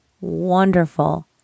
wonderful